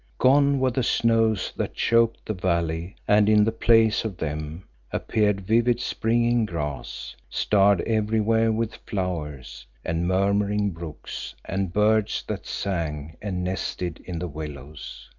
gone were the snows that choked the valley and in the place of them appeared vivid springing grass, starred everywhere with flowers, and murmuring brooks and birds that sang and nested in the willows.